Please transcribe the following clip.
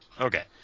Okay